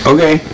Okay